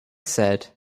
said